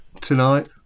tonight